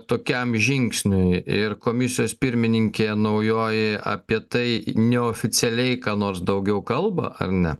tokiam žingsniui ir komisijos pirmininkė naujoji apie tai neoficialiai ką nors daugiau kalba ar ne